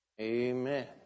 Amen